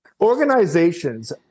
organizations